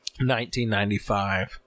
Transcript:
1995